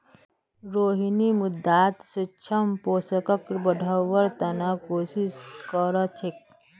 रोहिणी मृदात सूक्ष्म पोषकक बढ़व्वार त न कोशिश क र छेक